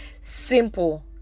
simple